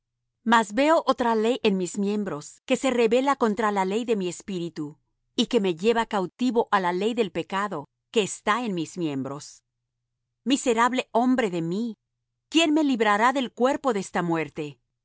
mas veo otra ley en mis miembros que se rebela contra la ley de mi espíritu y que me lleva cautivo á la ley del pecado que está en mis miembros miserable hombre de mí quién me librará del cuerpo de esta muerte